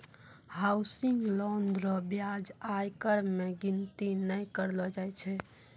housing loan रो ब्याज आयकर मे गिनती नै करलो जाय छै